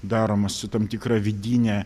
daromas su tam tikra vidine